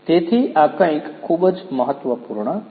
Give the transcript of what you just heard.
તેથી આ કંઈક ખૂબ જ મહત્વપૂર્ણ છે